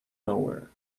nowhere